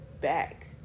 back